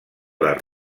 les